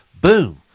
boom